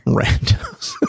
randos